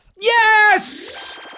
Yes